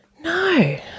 No